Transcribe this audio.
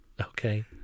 Okay